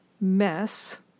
mess